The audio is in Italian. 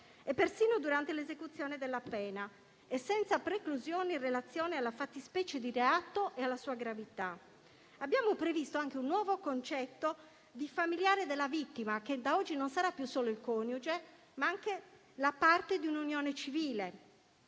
e persino durante l'esecuzione della pena, senza preclusioni in relazione alla fattispecie di reato e alla sua gravità. Abbiamo previsto anche un nuovo concetto di familiare della vittima, che da oggi non sarà più solo il coniuge, ma anche la parte di un'unione civile,